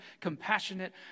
compassionate